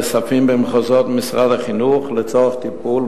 נאספים במחוזות משרד החינוך לצורך טיפול,